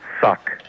suck